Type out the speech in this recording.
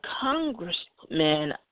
congressman